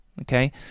okay